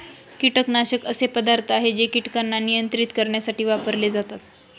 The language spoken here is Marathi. कीटकनाशक असे पदार्थ आहे जे कीटकांना नियंत्रित करण्यासाठी वापरले जातात